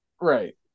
Right